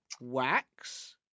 wax